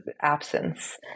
absence